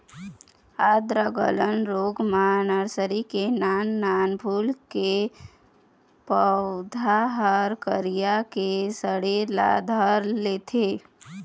आद्र गलन रोग म नरसरी के नान नान फूल के पउधा ह करिया के सड़े ल धर लेथे